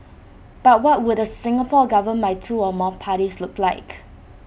but what would the Singapore governed by two or more parties look like